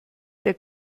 der